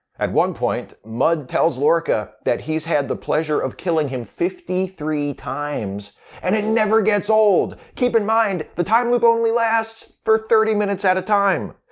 at one point, mudd tells lorca that he's had the pleasure of killing him fifty three times and it never gets old! keep in mind, the time loop only lasts for thirty minutes at a time.